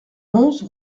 onze